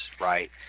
right